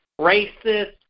racist